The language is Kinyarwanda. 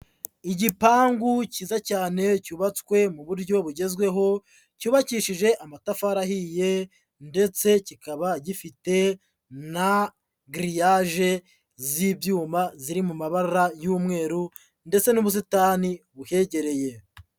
Igipangu cyiza cyane cyubatswe mu buryo bugezweho, cyubakishije amatafari ahiye ndetse kikaba gifite na giriyaje z'ibyuma ziri mu mabara y'umweru ndetse n'ubusitani buhegereye.